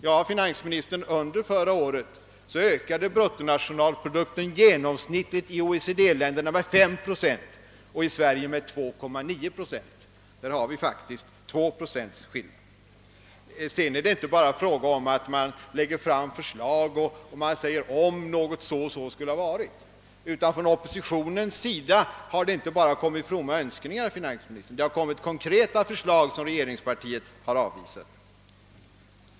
Ja, herr finansmininster, under förra året ökade bruttonationalprodukten i OECD länderna med i genomsnitt 5 procent, medan vi här i Sverige ökade med 2,9 procent. Där har vi faktiskt 2 procents skillnad! Vidare är det här inte bara fråga om att säga att så och så skulle det ha varit. Från oppositionens sida har vi inte bara kommit med fromma önskningar, herr finansminister. Vi har också lagt fram konkreta förslag, som regeringspartiet dock har avvisat.